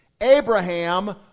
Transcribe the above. Abraham